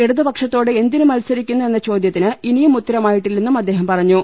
ഇടതുപക്ഷത്തോട് എന്തിനു മത്സരിക്കുന്നു എന്ന ചോദ്യ ത്തിന് ഇനിയും ഉത്തരമായിട്ടില്ലെന്നും അദ്ദേഹം പറ ഞ്ഞു